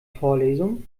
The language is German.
vorlesung